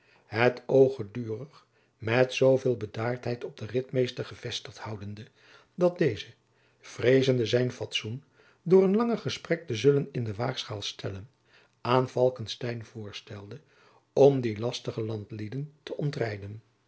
het oog gedurig met zoo veel bedaardheid op den ritmeester gevestigd houdende dat deze vreezende zijn fatsoen door een langer gesprek te zullen in de waagschaal stellen aan falckestein voorstelde om die lastige landlieden te ontrijden